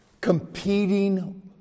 competing